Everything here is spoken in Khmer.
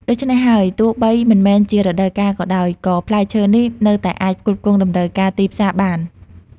ដូច្នេះហើយ ទោះបីមិនមែនជារដូវកាលក៏ដោយ ក៏ផ្លែឈើនេះនៅតែអាចផ្គត់ផ្គង់តម្រូវការទីផ្សារបាន។